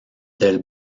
del